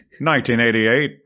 1988